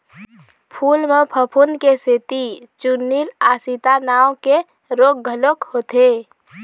फूल म फफूंद के सेती चूर्निल आसिता नांव के रोग घलोक होथे